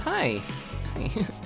Hi